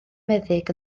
meddyg